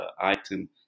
item